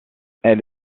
elle